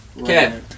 Okay